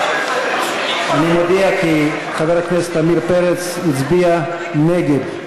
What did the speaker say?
אני מודיע כי חבר הכנסת עמיר פרץ הצביע נגד.